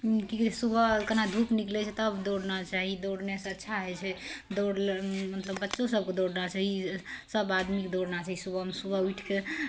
की कहै छै सुबह केना धूप निकलै छै तब दौड़ना चाही दौड़नेसे अच्छा होइ छै दौड़ मतलब बच्चो सभकेँ दौड़ना चाही सभ आदमीकेँ दौड़ना चाही सुबहमे सुबह उठि कऽ